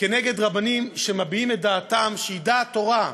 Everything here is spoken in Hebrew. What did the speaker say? כנגד רבנים שמביעים את דעתם, שהיא דעת תורה,